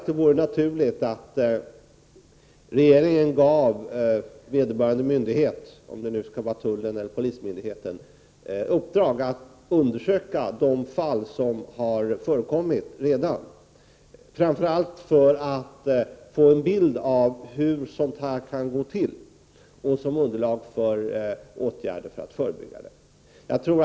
Det vore naturligt om regeringen gav vederbörande myndighet, tullen eller polisen, i uppdrag att undersöka de fall som redan har förekommit, framför allt för att få en bild av hur detta kan gå till och för att få ett underlag för att kunna vidta förebyggande åtgärder mot detta.